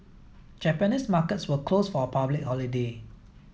Japanese markets were closed for a public holiday